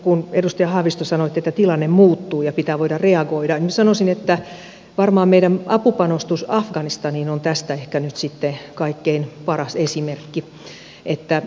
kun edustaja haavisto sanoitte että tilanne muuttuu ja pitää voida reagoida niin sanoisin että varmaan meidän apupanostuksemme afganistaniin on tästä ehkä nyt sitten kaikkein paras esimerkki